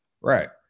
Right